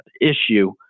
issue